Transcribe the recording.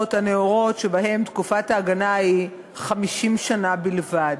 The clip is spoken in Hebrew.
הנאורות עם תקופת ההגנה של 50 שנה בלבד.